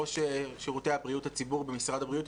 ראש שירותי בריאות הציבור במשרד הבריאות,